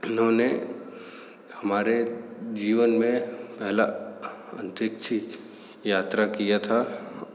उन्होने हमारे जीवन में पहला अंतरिक्ष यात्रा किया था और उसकी स्टार्टिंग की